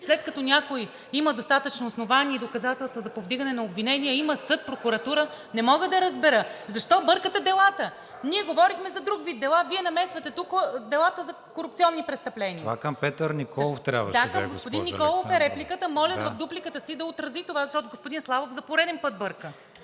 След като някой има достатъчно основания и доказателства за повдигане на обвинение, има съд, прокуратура… Не мога да разбера защо бъркате делата? Ние говорихме за друг вид дела, а Вие намесвате тук делата за корупционни престъпления? ПРЕДСЕДАТЕЛ КРИСТИАН ВИГЕНИН: Това към Петър Николов трябваше да е, госпожо Александрова. АННА АЛЕКСАНДРОВА: Да, към господин Николов е репликата. Моля в дупликата си да отрази това, защото господин Славов за пореден път бърка.